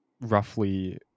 roughly